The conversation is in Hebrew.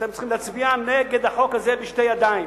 אתם צריכים להצביע נגד החוק הזה בשתי ידיים,